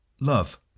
love